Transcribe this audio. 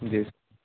جی